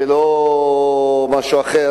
ולא משהו אחר,